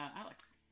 Alex